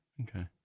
Okay